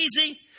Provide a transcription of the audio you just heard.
easy